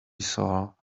saw